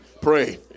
pray